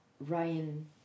Ryan